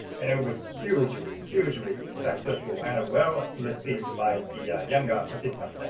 and it was hugely, hugely successful. and well received by the younger participants.